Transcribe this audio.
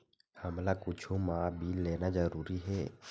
हमला कुछु मा बिल लेना जरूरी हे?